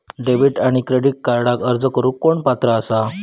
Debit आणि credit कार्डक अर्ज करुक कोण पात्र आसा?